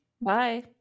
Bye